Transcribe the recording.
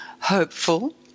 hopeful